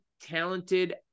talented